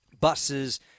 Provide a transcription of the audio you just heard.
buses